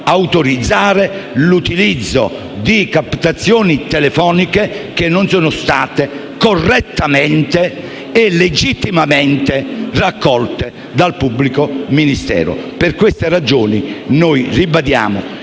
autorizzare l'utilizzo di captazioni telefoniche che non sono state correttamente e legittimamente raccolte dal pubblico ministero e per queste ragioni ribadiamo